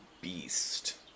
beast